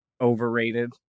overrated